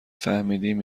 فهمیدیم